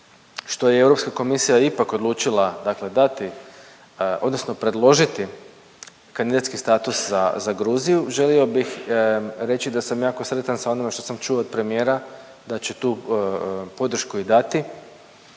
što je Europska komisija ipak odlučila dakle dati odnosno predložiti kandidatski status za, za Gruziju. Želio bih reći da sam jako sretan sa onime što sam čuo od premijera da će tu podršku i dati,